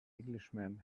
englishman